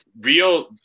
real